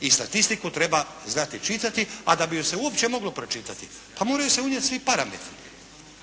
i statistiku treba znati čitati, a da bi ju se uopće moglo pročitati pa moraju se unijeti svi parametri.